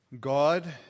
God